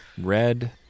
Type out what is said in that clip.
red